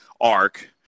arc